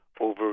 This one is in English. over